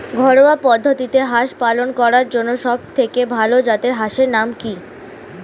ঘরোয়া পদ্ধতিতে হাঁস প্রতিপালন করার জন্য সবথেকে ভাল জাতের হাঁসের নাম কি?